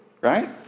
right